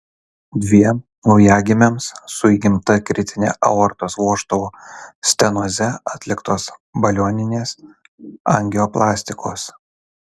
dviem naujagimiams su įgimta kritine aortos vožtuvo stenoze atliktos balioninės angioplastikos